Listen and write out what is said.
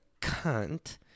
cunt